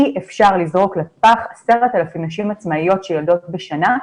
אי אפשר לזרוק לפח 10,000 נשים עצמאיות שיולדות בשנה.